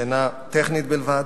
שאינה טכנית בלבד,